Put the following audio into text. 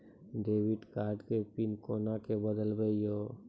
Debit card के PIN कोना के बदलबै यो?